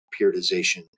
periodization